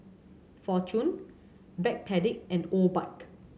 Fortune Backpedic and Obike